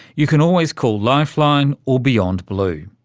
you can always call lifeline or beyond blue.